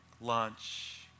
lunch